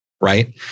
right